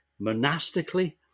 monastically